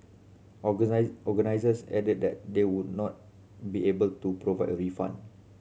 organisers added that they would not be able to provide a refund